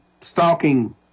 stalking